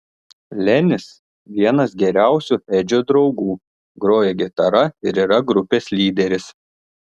lenis vienas geriausių edžio draugų groja gitara ir yra grupės lyderis